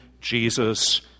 Jesus